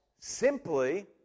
simply